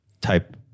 type